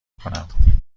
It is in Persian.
کنم